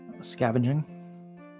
Scavenging